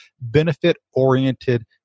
benefit-oriented